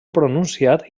pronunciat